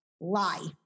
Lie